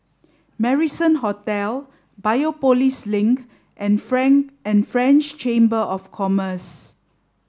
Marrison Hotel Biopolis Link and Frank and French Chamber of Commerce